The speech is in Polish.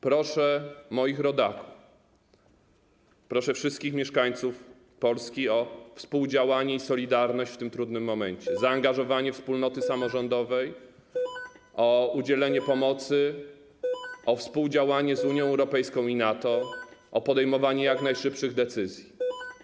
Proszę moich rodaków, proszę wszystkich mieszkańców Polski o współdziałanie i solidarność w tym trudnym momencie, o zaangażowanie wspólnoty samorządowej, o udzielenie pomocy, o współdziałanie z Unią Europejską i NATO, o podejmowanie jak najszybszych decyzji.